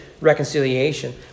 reconciliation